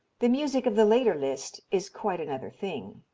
the music of the later liszt is quite another thing.